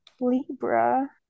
libra